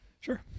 Sure